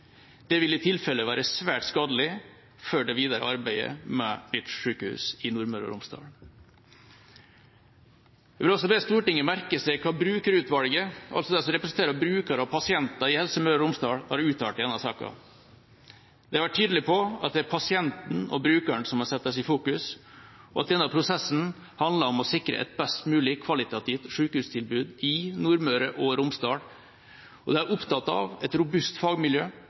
det videre arbeidet med nytt sykehus i Nordmøre og Romsdal. Jeg vil også be Stortinget merke seg hva brukerutvalget, altså de som representerer brukere og pasienter i Helse Møre og Romsdal, har uttalt i denne saka. De har vært tydelige på at det er pasienten og brukeren som må settes i fokus, og at denne prosessen handler om å sikre et best mulig kvalitativt sykehustilbud i Nordmøre og Romsdal. De er opptatt av et robust fagmiljø,